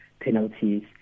penalties